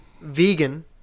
vegan